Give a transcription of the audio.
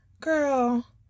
Girl